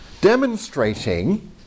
Demonstrating